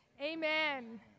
amen